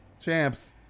Champs